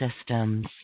systems